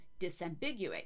disambiguate